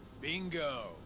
Bingo